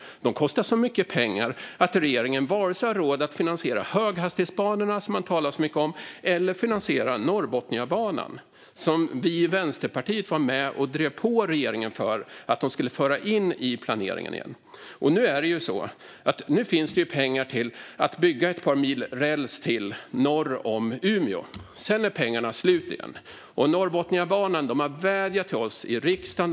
De kostar så mycket pengar att regeringen inte har råd att finansiera vare sig höghastighetsbanorna, som man talar så mycket om, eller Norrbotniabanan - vi i Vänsterpartiet var med och drev på regeringen för att de skulle föra in den i planeringen igen. Nu finns det pengar till att bygga ett par mil räls norr om Umeå. Sedan är pengarna slut igen. När det gäller Norrbotniabanan har man vädjat till oss i riksdagen.